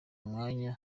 umwanya